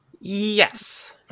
Yes